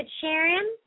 Sharon